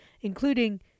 including